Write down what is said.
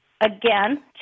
Again